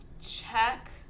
Check